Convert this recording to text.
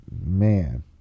man